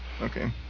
Okay